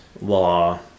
law